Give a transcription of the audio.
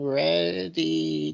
ready